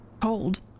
cold